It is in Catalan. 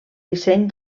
disseny